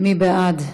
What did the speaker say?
מי בעד?